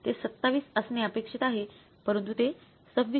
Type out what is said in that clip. ते २७ असणे अपेक्षित आहे परंतु ते २६